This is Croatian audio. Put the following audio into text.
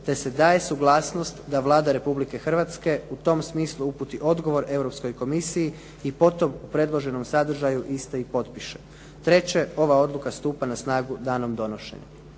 te se daje suglasnost da Vlada Republike Hrvatske u tom smislu uputi odgovor Europskoj komisiji i po tom u predloženom sadržaju iste i potpiše. Treće. Ova odluka stupa na snagu danom donošenja.“